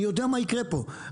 אני יודע מה יקרה פה,